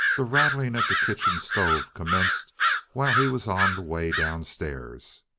the rattling at the kitchen stove commenced while he was on the way downstairs.